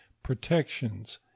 protections